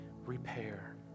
repair